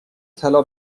طلا